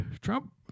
Trump